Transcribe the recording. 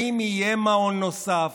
האם יהיה מעון נוסף,